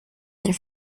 their